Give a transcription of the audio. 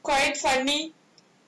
quite funny